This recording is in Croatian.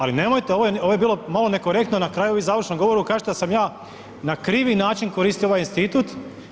Ali nemojte, ovo je bilo malo nekorektno na kraju vi u završnom govoru kažete da sam ja na krivi način koristio ovaj institut.